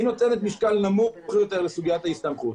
היא נותנת משקל נמוך יותר לסוגית ההסתמכות.